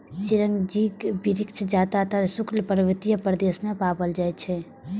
चिरौंजीक वृक्ष जादेतर शुष्क पर्वतीय प्रदेश मे पाएल जाइ छै